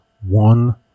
one